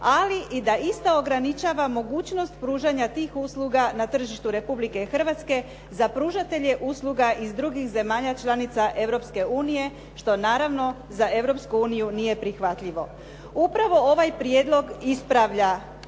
ali i da ista ograničava mogućnost pružanja tih usluga na tržištu Republike Hrvatske za pružatelje usluga iz drugih zemalja članica Europske unije, što naravno za Europsku uniju nije prihvatljivo. Upravo ovaj prijedlog ispravlja